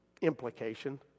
implication